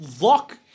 lock